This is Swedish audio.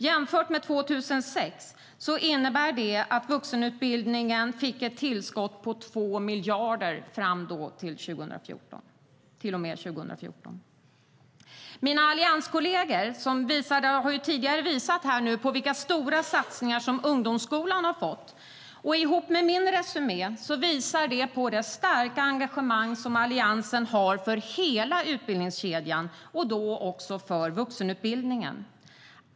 Jämfört med 2006 innebär det att vuxenutbildningen fick ett tillskott med 2 miljarder fram till och med 2014.Mina allianskolleger har tidigare visat vilka stora satsningar ungdomsskolan har fått. Ihop med min resumé visar det på det starka engagemang som Alliansen har för hela utbildningskedjan - också för vuxenutbildningen.